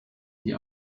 die